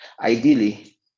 Ideally